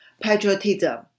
patriotism